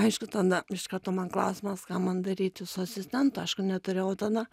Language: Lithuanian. aišku tada iš karto man klausimas ką man daryti su asistentu aišku neturėjau tada